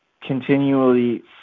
continually